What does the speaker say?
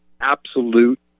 absolute